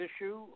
issue